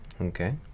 Okay